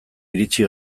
iritsi